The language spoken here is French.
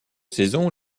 saisons